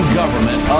government